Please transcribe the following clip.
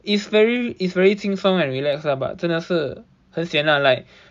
is very is very 轻松 and relaxed lah but 真的是很 sian lah like